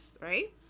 right